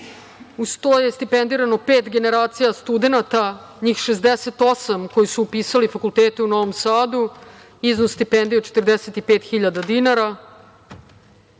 Uz to je stipendirano pet generacija studenata, njih 68 koji su upisali fakultete u Novom Sadu, iznos stipendije od 45.000 dinara.